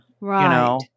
Right